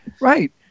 Right